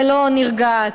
ולא נרגעת.